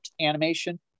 animation